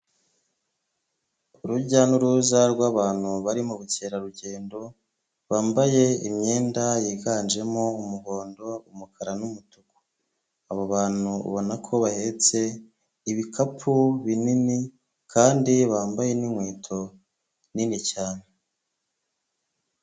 Urujya n'uruza rw'abantu bari mu bukerarugendo bambaye imyenda yiganjemo umuhondo, umukara n'umutuku abo bantu ubona ko bahetse ibikapu binini kandi bambaye n'inkweto nini cyane.